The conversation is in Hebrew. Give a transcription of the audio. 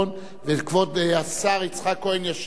וכבוד השר יצחק כהן ישיב עליה,